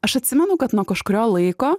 aš atsimenu kad nuo kažkurio laiko